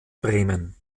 bremen